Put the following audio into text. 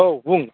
औ बुं